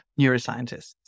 neuroscientists